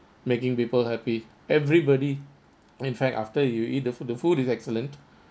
making people happy everybody in fact after you eat the food the food is excellent